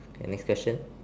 k next question